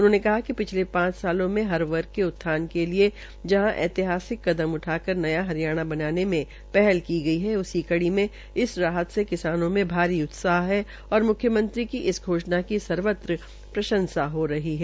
उन्होंने कहा कि पिछले पांच सालों में हर वर्ग के उत्थान के लिए जहां ऐतिहासिक कदम उठा कर नया हरियाणा बनाने मे पहल की गई है उसी कड़ी में इस राहत से किसानों में भारी उत्साह और मुख्यमंत्री की इस घोषणा की सर्वत्र प्रशंसा हो रही है